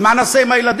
אז מה נעשה עם הילדים?